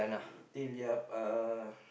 till ya uh